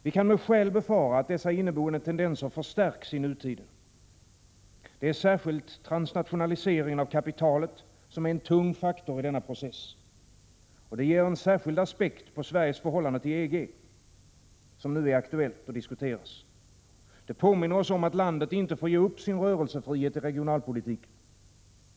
Vi kan med skäl befara att dessa inneboende tendenser förstärks i nutiden. Särskilt transnationaliseringen av kapitalet är en tung faktor i denna process. Det ger en särskild aspekt på Sveriges förhållande till EG, som nu är aktuellt och diskuteras. Det påminner oss om att landet inte får ge upp sin rörelsefrihet i regionalpolitiken.